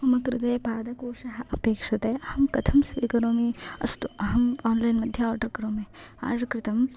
मम कृते पादकोषः अपेक्षते अहं कथं स्वीकरोमि अस्तु अहं आन्लैन् मध्ये आर्डर् करोमि आर्डर् कृतं